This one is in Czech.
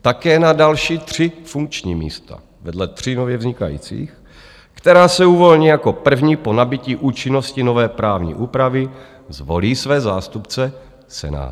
Také na další tři funkční místa vedle tří nově vznikajících, která se uvolní jako první po nabytí účinnosti nové právní úpravy, zvolí své zástupce Senát.